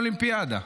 אולימפיאדה